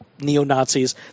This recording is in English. neo-Nazis